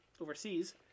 overseas